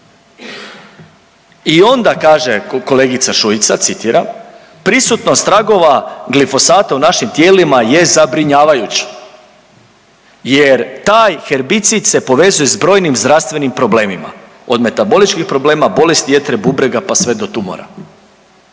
I onda kaže kolegica Šuica, citiram: „Prisutnost tragova glifosata u našim tijelima je zabrinjavajuć jer taj herbicid se povezuje s brojnim zdravstvenim problemima od metaboličkih problema, bolesti jetre, bubrega pa sve do tumora.“